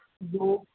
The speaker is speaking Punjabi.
ਦੋ